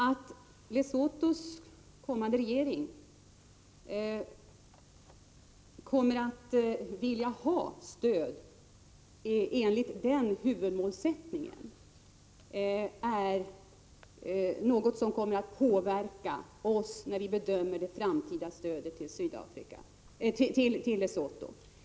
Om Lesothos kommande regering kommer att vilja ha stöd enligt den huvudmålsättningen, är det något som kommer att påverka oss när vi bedömer det framtida stödet till Lesotho.